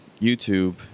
YouTube